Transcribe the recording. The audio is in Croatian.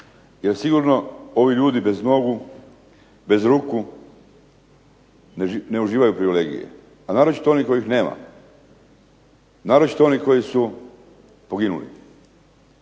Jer sigurno, ovi ljudi bez nogu, bez ruku ne uživaju privilegije, a naročito oni kojih nema, naročito oni koji su poginuli.